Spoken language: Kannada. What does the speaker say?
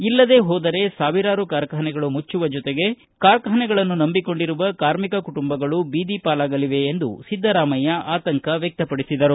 ಇಲ್ಲದೇ ಹೋದರೆ ಸಾವಿರಾರು ಕಾರ್ಖಾನೆಗಳು ಮುಚ್ಚುವ ಜೊತೆಗೆ ಕಾರ್ಖಾನೆಗಳನ್ನು ನಂಬಿಕೊಂಡಿರುವ ಕಾರ್ಮಿಕ ಕುಟುಂಬಗಳು ಬೀದಿ ಪಾಲಾಗಲಿವೆ ಎಂದು ಸಿದ್ದರಾಮಯ್ಯ ಆತಂಕ ವ್ಯಕ್ತಪಡಿಸಿದರು